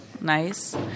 nice